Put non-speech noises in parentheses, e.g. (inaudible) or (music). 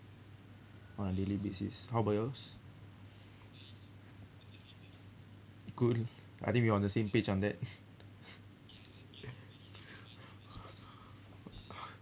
on a daily basis how about yours cool I think we're on the same page on that (noise)